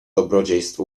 dobrodziejstw